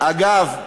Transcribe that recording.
אגב,